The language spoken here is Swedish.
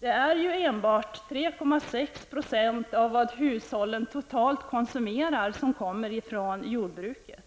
Det är enbart 3,6 % av vad hushållen totalt konsumerar som kommer från jordbruket.